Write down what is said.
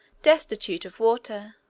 destitute of water.